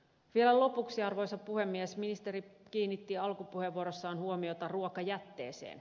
vielä lopuksi arvoisa puhemies ministeri kiinnitti alkupuheenvuorossaan huomiota ruokajätteeseen